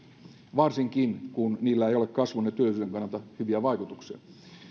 varsinkin kun niillä ei ole kasvun ja työllisyyden kannalta hyviä vaikutuksia